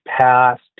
past